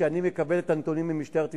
כשאני מקבל את הנתונים ממשטרת ישראל.